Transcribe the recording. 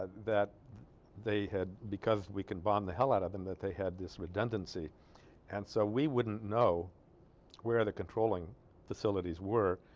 that they had because we can bomb the hell out of them that they had this redundancy and so we wouldn't know where the controlling facilities were ah.